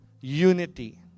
unity